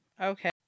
Okay